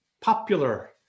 popular